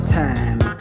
time